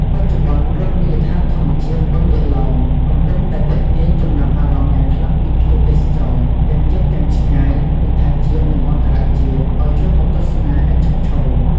បច្ចុប្បន្នរមណីយដ្ឋានធម្មជាតិបឹងយក្សឡោមកំពុងតែទាក់ទាញចំណាប់អារម្មណ៍យ៉ាងខ្លាំងពីភ្ញៀវទេសចរ ទាំងជិតទាំងឆ្ងាយមិនថា ជាតិ និង អន្តរជាតិ ឱ្យចូលមកទស្សនាឥតឈប់ឈរ។